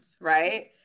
right